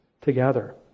together